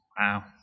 Wow